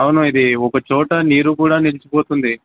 అవును ఇది ఒకచోట నీరు కూడా నిలిచిపోతుంది